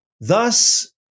thus